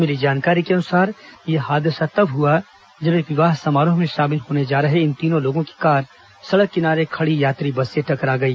मिली जानकारी के अनुसार यह हादसा तब हुआ जब एक विवाह समारोह में शामिल होने जा रहे इन तीनों लोगों की कार सड़क किनारे खड़ी यात्री बस से टकरा गई